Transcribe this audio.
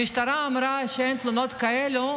המשטרה אמרה שאין תלונות כאלה,